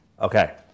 Okay